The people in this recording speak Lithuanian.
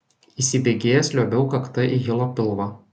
įsibėgėjęs liuobiau kakta į hilo pilvą